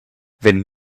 wenn